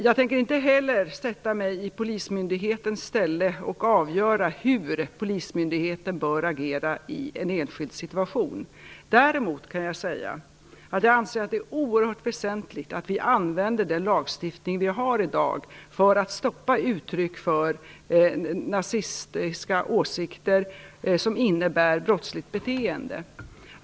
Jag tänker inte sätta mig i polismyndighetens ställe och avgöra hur polismyndigheten bör agera i en enskild situation. Däremot kan jag säga att jag anser att det är oerhört väsentligt att vi använder den lagstiftning vi har i dag för att stoppa uttryck för nazistiska åsikter som innebär brottsligt beteende.